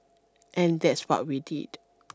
and that's what we did